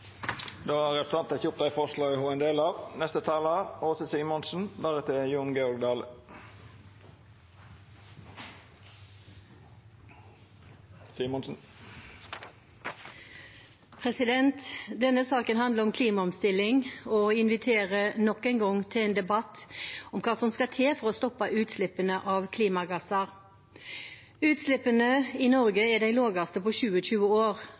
Denne saken handler om klimaomstilling og inviterer nok en gang til debatt om hva som skal til for å stoppe utslippene av klimagasser. Utslippene i Norge er de laveste på 27 år,